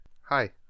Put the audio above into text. Hi